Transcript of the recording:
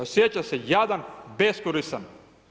Osjeća se jadan, beskoristan.